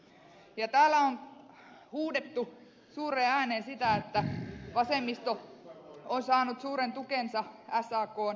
täällä on huudettu suureen ääneen sitä että vasemmisto on saanut suuren tukensa sakn ammattiliitoilta